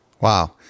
Wow